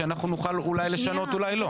כדי שנוכל אולי לשנות ואולי לא.